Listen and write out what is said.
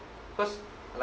cause like